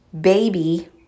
baby